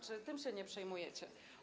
Czy tym się nie przejmujecie?